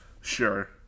sure